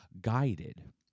guided